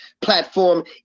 platform